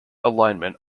alignment